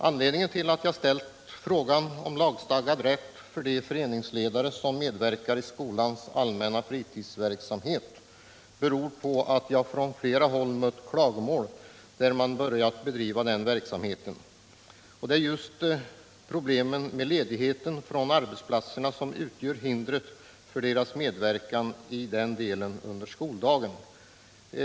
Anledningen till att jag tagit upp frågan om lagstadgad rätt till ledighet för de föreningsledare som medverkar i skolans allmänna fritidsverksamhet är att jag från flera håll mött klagomål över problemen med ledighet från arbetet i sådana här sammanhang. Detta utgör ett hinder för vederbörandes medverkan under skoldagen.